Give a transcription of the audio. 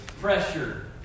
pressure